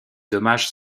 dommages